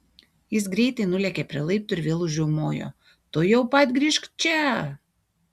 jis greitai nulėkė prie laiptų ir vėl užriaumojo tuojau pat grįžk čia